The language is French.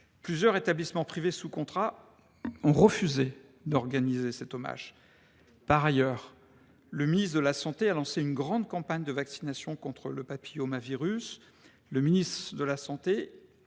plusieurs établissements privés sous contrat ont refusé d’organiser cet hommage. Par ailleurs, le ministre de la santé a lancé une grande campagne de vaccination contre le papillomavirus,